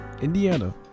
Indiana